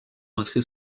inscrit